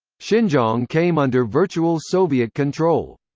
xinjiang came under virtual soviet control.